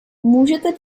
můžete